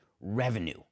revenue